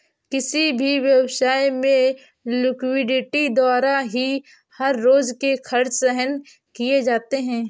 किसी भी व्यवसाय में लिक्विडिटी द्वारा ही हर रोज के खर्च सहन किए जाते हैं